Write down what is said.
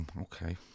okay